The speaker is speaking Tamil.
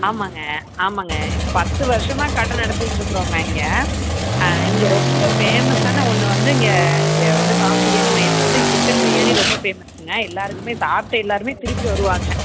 ஆமாங்க ஆமாங்க பத்து வருடமா கடை நடத்திக்கிட்டு இருக்கிறோங்க இங்கே இங்கே ரொம்ப ஃபேமஸான ஒன்று வந்து இங்கே இங்கே வந்து பாபு பிரியாணி மையத்தில் வந்து சிக்கன் பிரியாணி ரொம்ப ஃபேமஸ்ங்க எல்லோருக்குமே சாப்பிட்ட எல்கேருமே திருப்பி வருவாங்க